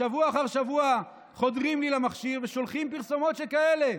שבוע אחר שבוע חודרים לי למכשיר ושולחים פרסומות שכאלה.